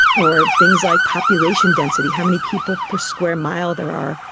or things like population density, how many people per square mile there are,